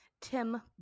Tim